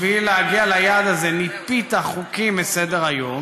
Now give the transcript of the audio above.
בשביל להגיע ליעד הזה ניפית חוקים מסדר-היום,